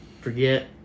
Forget